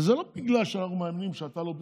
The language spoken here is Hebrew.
וזה לא בגלל שאנחנו מאמינים שאתה לא בסדר,